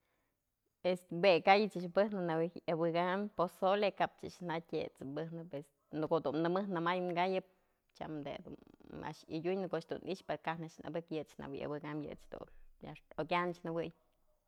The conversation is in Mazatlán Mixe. Este jue kay ëch bëjnëp jawyë abëkamyëm pozole kap ëch jatyë jët's bëjnëp este, në ko'o du nëmë nëmayëp tyam du da a'ax yadyunën koch dun i'ixë pero kajnë ëbëk yëch jawë ëbëkam yë jawë abëkam yëch dun okyänëx jëwëy.